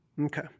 Okay